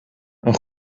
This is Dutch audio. een